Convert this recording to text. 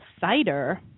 cider